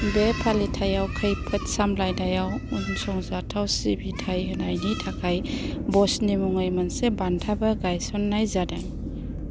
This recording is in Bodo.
बे फालिथायाव खैफोद सामलायनायाव उनसंजाथाव सिबिथाइ होनायनि थाखाय बसनि मुङै मोनसे बान्थाबो गायस'ननाय जादों